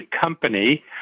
company